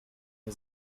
nie